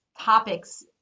topics